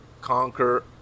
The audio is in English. conquer